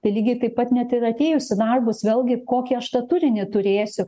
lygiai taip pat net ir atėjus į darbus vėlgi kokį aš tą turinį turėsiu